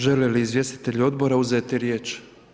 Želi li izvjestitelj odbora uzeti riječ?